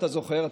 אתה זוכר,